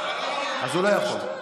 אז הוא לא יכול.